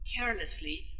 Carelessly